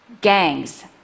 Gangs